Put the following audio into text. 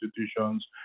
institutions